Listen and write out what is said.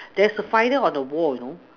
there's a spider on the wall you know